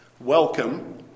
welcome